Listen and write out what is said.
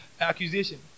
accusation